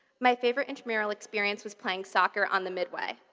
my favorite intramural experience was playing soccer on the midway.